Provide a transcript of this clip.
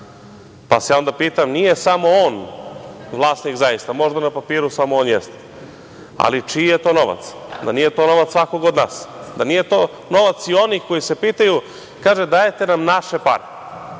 Ja se onda pitam, nije samo on vlasnik zaista, možda na papiru samo on jeste, ali, čiji je to novac, da nije to novac svakoga od nas? Da nije to novac i onih koji se pitaju, kažu - dajete nam naše pare.